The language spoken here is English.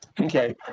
Okay